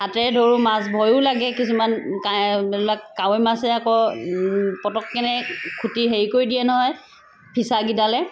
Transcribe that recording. হাতেৰে ধৰো মাছ ভয়ো লাগে কিছুমান কাইবিলাক কাৱৈ মাছে আকৌ পতককেনে খুটি হেৰি কৰি দিয়ে নহয় ফিছাকেইডালে